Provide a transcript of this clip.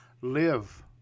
live